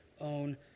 own